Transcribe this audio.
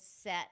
set